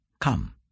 Come